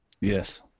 Yes